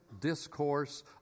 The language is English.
discourse